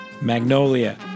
Magnolia